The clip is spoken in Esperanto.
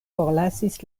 forlasis